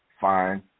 Fine